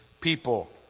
people